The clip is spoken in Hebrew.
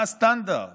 מה הסטנדרט